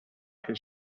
his